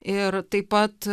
ir taip pat